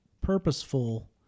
purposeful